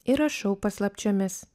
ir rašau paslapčiomis